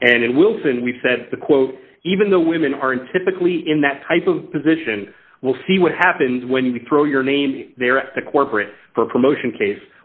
and wilson we said the quote even though women aren't typically in that type of position we'll see what happens when you throw your name there at the corporate for promotion case